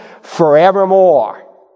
forevermore